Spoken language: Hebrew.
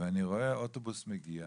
ראיתי אוטובוס מגיע